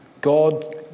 God